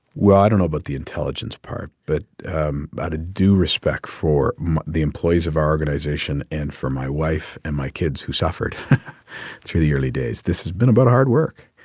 well, i don't know about but the intelligence part. but out of due respect for the employees of our organization and for my wife and my kids who suffered through the early days, this has been about hard work.